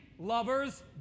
lovers